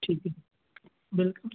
ठीक है वेलकम